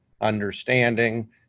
understanding